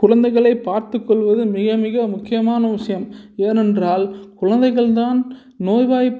குழந்தைகளை பார்த்துக்கொள்வது மிக மிக முக்கியமான விஷயம் ஏனென்றால் குழந்தைகள்தான் நோய்வாய்